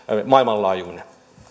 maailmanlaajuinen